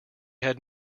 had